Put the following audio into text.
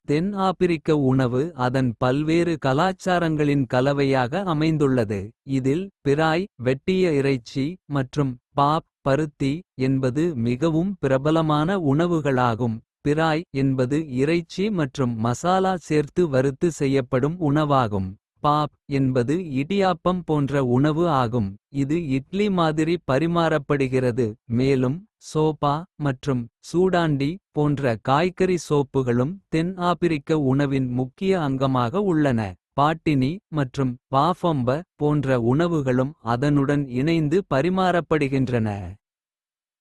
தென் ஆபிரிக்க உணவு அதன் பல்வேறு கலாச்சாரங்களின். கலவையாக அமைந்துள்ளது இதில் பிராய். வெட்டிய இறைச்சி மற்றும் பாப் பருத்தி என்பது மிகவும். பிரபலமான உணவுகளாகும் பிராய் என்பது இறைச்சி. மற்றும் மசாலா சேர்த்து வறுத்து செய்யப்படும் உணவாகும். பாப் என்பது இடியாப்பம் போன்ற உணவு ஆகும். இது இட்லி மாதிரி பரிமாறப்படுகிறது மேலும் ஸோபா. மற்றும் சூடான்டி போன்ற காய்கறி சோப்புகளும் தென். ஆபிரிக்க உணவின் முக்கிய அங்கமாக உள்ளன பாட்டினி மற்றும் பாஃபொம்ப போன்ற உணவுகளும் அதனுடன். இணைந்து பரிமாறப்படுகின்றன.